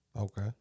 Okay